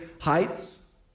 heights